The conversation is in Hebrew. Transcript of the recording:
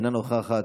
אינה נוכחת,